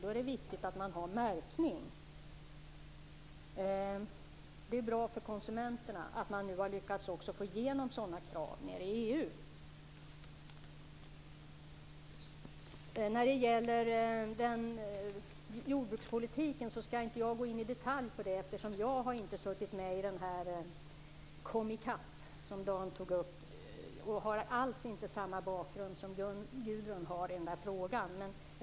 Då är det viktigt med märkning. Det är bra för konsumenterna att man har lyckats få igenom sådana krav nere i EU. Jag skall inte gå in i detalj på jordbrukspolitiken. Jag har inte suttit med i Komi CAP, som Dan Ericsson tog upp. Jag har inte alls samma bakgrund som Gudrun Lindvall i den frågan.